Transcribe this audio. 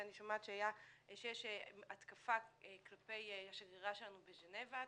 שאני שומעת שיש התקפה כלפי השגרירה שלנו בז'נבה,